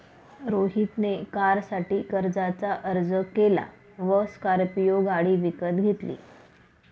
रोहित ने कारसाठी कर्जाचा अर्ज केला व स्कॉर्पियो गाडी विकत घेतली